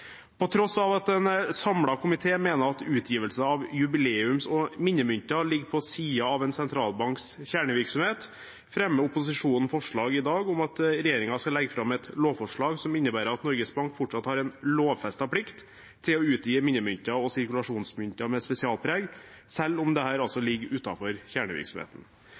På tross av at en samlet komité mener at utgivelse av jubileums- og minnemynter ligger på siden av en sentralbanks kjernevirksomhet, fremmer opposisjonen forslag i dag om at regjeringen skal legge fram et lovforslag som innebærer at Norges Bank fortsatt har en lovfestet plikt til å utgi minnemynter og sirkulasjonsmynter med spesialpreg – selv om dette altså ligger utenfor kjernevirksomheten.